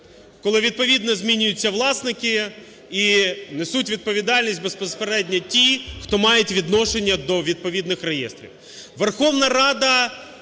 коли, відповідно, змінюються власники і несуть відповідальність безпосередньо ті, хто мають відношення до відповідних реєстрів.